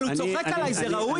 אבל הוא צוחק עליי, זה ראוי?